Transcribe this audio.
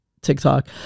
TikTok